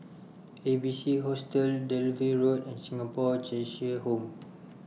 A B C Hostel Dalvey Road and Singapore Cheshire Home